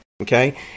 okay